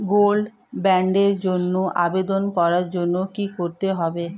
Gold বন্ডের জন্য আবেদন করার জন্য কি করতে হবে?